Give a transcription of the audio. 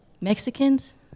Mexicans